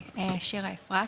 שלום.